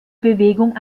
bewegung